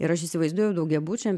ir aš įsivaizduoju daugiabučiam